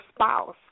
spouse